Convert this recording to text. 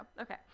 Okay